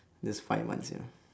just five months ya